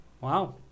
Wow